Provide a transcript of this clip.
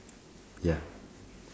ya